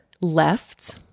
left